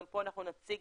גם פה אנחנו נציג